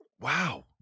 Wow